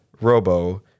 Robo